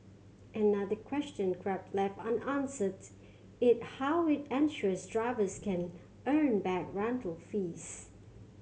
another question Grab left unanswered is how it ensures drivers can earn back rental fees